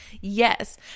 yes